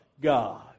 God